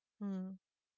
mm